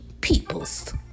peoples